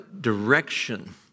direction